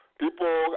People